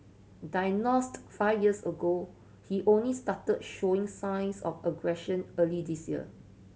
diagnosed five years ago he only started showing signs of aggression early this year